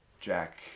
Jack